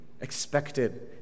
expected